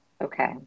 Okay